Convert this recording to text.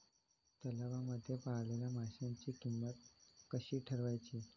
तलावांमध्ये पाळलेल्या माशांची किंमत कशी ठरवायची?